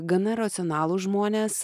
gana racionalūs žmonės